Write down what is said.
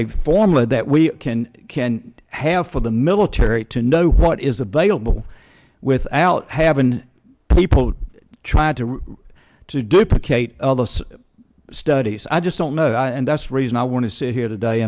a formula that we can can have for the military to know what is available without havin people trying to to duplicate all those studies i just don't know and that's reason i want to sit here today